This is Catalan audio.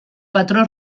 patró